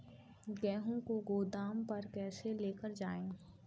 गेहूँ को गोदाम पर कैसे लेकर जाएँ?